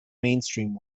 mainstream